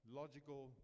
logical